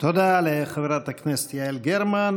תודה לחברת הכנסת יעל גרמן.